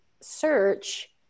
search